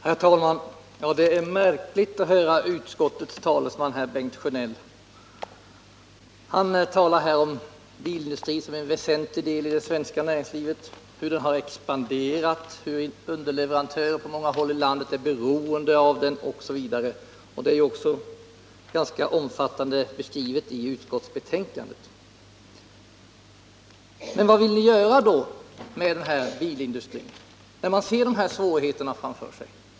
Herr talman! Det är märkligt att höra utskottets talesman. Bengt Sjönell talar här om bilindustrin som en väsentlig del av det svenska näringslivet, hur den har expanderat, hur underleverantörer på många håll i landet är beroende av den, osv. Detta är också ganska omfattande beskrivet i utskottsbetänkandet. Men vad vill ni då göra med bilindustrin, när man ser svårigheterna framför sig?